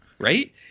right